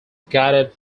guided